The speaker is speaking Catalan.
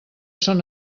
són